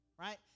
right